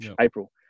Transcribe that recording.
April